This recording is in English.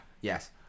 Yes